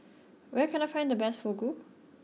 where can I find the best Fugu